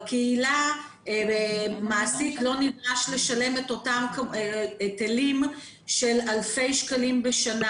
בקהילה מעסיק לא נדרש לשלם את אותם היטלים של אלפי שקלים בשנה.